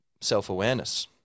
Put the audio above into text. self-awareness